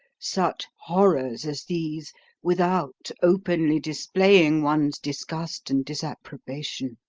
such horrors as these without openly displaying one's disgust and disapprobation.